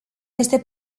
este